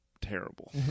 terrible